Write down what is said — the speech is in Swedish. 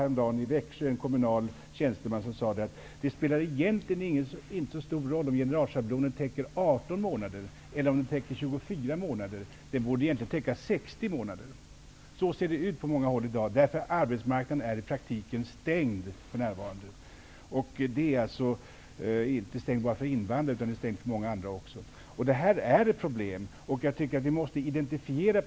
Häromdagen sade en kommunal tjänsteman i Växjö att det egentligen inte spelar så stor roll om generalschablonen täcker 18 eller 24 månader. Egentligen borde den täcka 60 månader. Så ser det ut på många håll i dag. Arbetsmarknaden är nämligen i praktiken stängd för närvarande, och då inte bara för invandrare utan också för många andra. Det här är ett problem som vi måste identifiera.